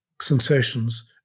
sensations